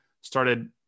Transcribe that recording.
started